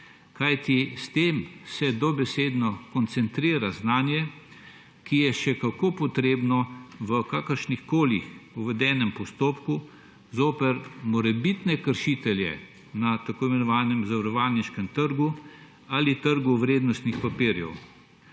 kajti s tem se dobesedno koncentrira znanje, ki je še kako potrebno v kakršnemkoli uvedenem postopku zoper morebitne kršitelje na tako imenovanem zavarovalniškem trgu ali trgu vrednostnih papirjev.